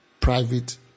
private